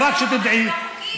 אם, זה לא חוקי,